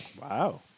Wow